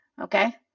okay